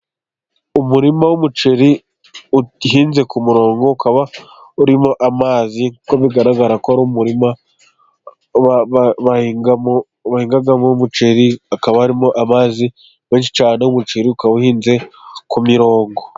Umurima w'umuceri uhinze ku murongo, ukaba urimo amazi, kuko bigaragara ko ari umurima bahingamo umuceri, hakaba harimo amazi menshi cyane, umuceri ukaba uhinze ku murongo.